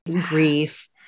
grief